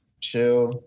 Chill